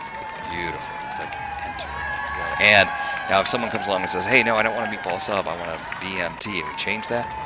beautiful. click enter. there we go, and now if someone comes along and says, hey, no, i don't want a meatball sub, i want a bmt, and we change that,